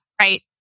right